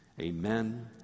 amen